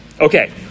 Okay